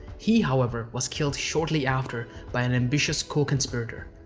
he, however, was killed shortly after by an ambitious co-conspirator.